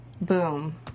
Boom